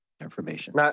information